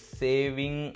saving